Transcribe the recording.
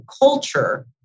culture